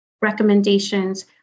recommendations